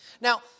Now